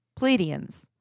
Pleiadians